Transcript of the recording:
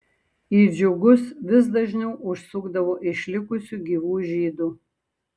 į džiugus vis dažniau užsukdavo išlikusių gyvų žydų